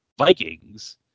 Vikings